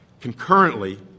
Concurrently